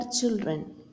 children